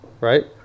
right